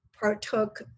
partook